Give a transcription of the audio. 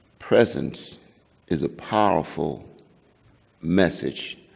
presence is a powerful message